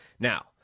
Now